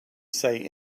say